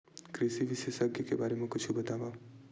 कृषि विशेषज्ञ के बारे मा कुछु बतावव?